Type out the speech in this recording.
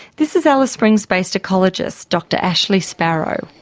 this is alice springs-based ecologist dr ashley sparrow.